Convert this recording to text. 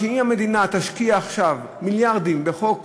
אם המדינה תשקיע עכשיו מיליארדים בחוק